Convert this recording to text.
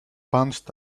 pounced